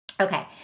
Okay